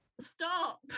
stop